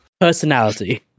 Personality